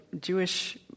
Jewish